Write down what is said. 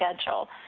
schedule